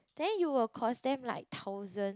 then you will cost them like thousand